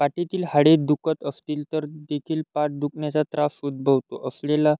पाठीची हाडे दुखत असतील तर देखील पाठ दुखण्याचा त्रास उद्भवत असलेला